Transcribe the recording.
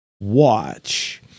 watch